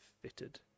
fitted